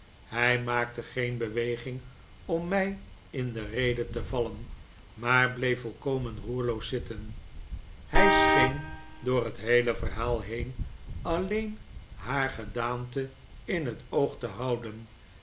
hij maakte geen beweging om mij in de rede te vallen maar bleef volkomen roerlooszitten hij scheen door het heele verhaal heen alleen haar gedaante in het oog te houden